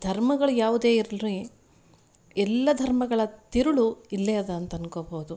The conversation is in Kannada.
ಧರ್ಮಗಳು ಯಾವುದೇ ಇರ್ಲಿರಿ ಎಲ್ಲ ಧರ್ಮಗಳ ತಿರುಳು ಇಲ್ಲೇ ಅದ ಅಂತ ಅನ್ಕೋಬೋದು